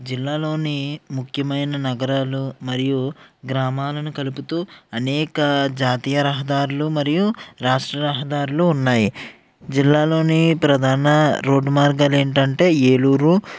జిల్లాలోని ముఖ్యమైన నగరాలు మరియు గ్రామాలను కలుపుతూ అనేక జాతీయ రహదారులు మరియు రాష్ట్ర రహదారులు ఉన్నాయి జిల్లాలోని ప్రధాన రోడ్డు మార్గాలు ఏంటంటే ఏలూరు